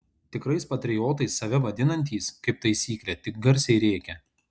tikrais patriotais save vadinantys kaip taisyklė tik garsiai rėkia